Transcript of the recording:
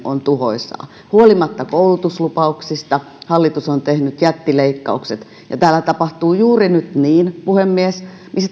on tuhoisaa koulutuslupauksista huolimatta hallitus on tehnyt jättileikkaukset nyt tapahtuu juuri niin puhemies mistä